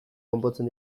konpontzen